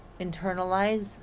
internalize